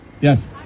Yes